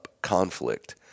conflict